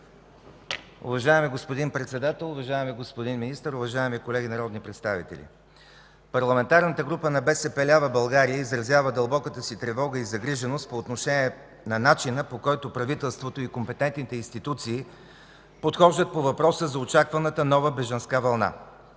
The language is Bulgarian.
„Уважаеми господин Председател, уважаеми господин Министър, уважаеми колеги народни представители! Парламентарната група на БСП лява България изразява дълбоката си тревога и загриженост по отношение на начина, по който правителството и компетентните институции подхождат към въпроса за очакваната нова бежанска вълна.